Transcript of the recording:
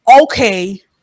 okay